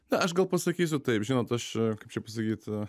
na aš gal pasakysiu taip žinot aš kaip čia pasakyt